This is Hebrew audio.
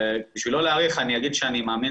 כדי לא להאריך אני אומר שאני מאמין